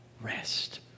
rest